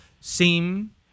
seem